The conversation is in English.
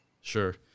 Sure